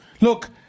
Look